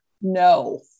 No